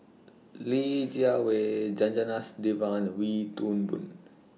Li Jiawei Janadas Devan and Wee Toon Boon